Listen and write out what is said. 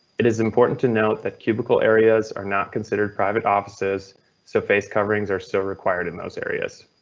it is important to note that cubicle areas are not considered private offices so face coverings are so required in those areas.